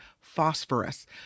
phosphorus